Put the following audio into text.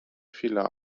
vieler